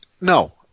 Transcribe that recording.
No